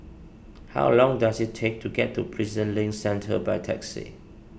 how long does it take to get to Prison Link Centre by taxi